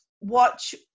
Watch